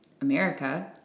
America